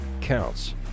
counts